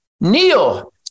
Neil